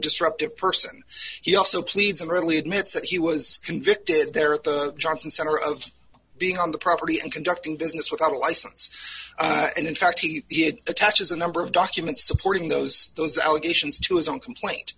destructive person he also pleads and readily admits that he was convicted there at the johnson center of being on the property and conducting business without a license and in fact he attaches a number of documents supporting those those allegations to his own complaint